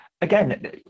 again